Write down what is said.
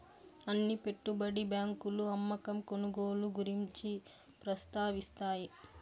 అన్ని పెట్టుబడి బ్యాంకులు అమ్మకం కొనుగోలు గురించి ప్రస్తావిస్తాయి